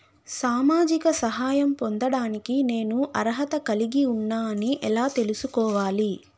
సామాజిక సహాయం పొందడానికి నేను అర్హత కలిగి ఉన్న అని ఎలా తెలుసుకోవాలి?